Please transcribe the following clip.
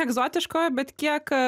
egzotiško bet kiek